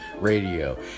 Radio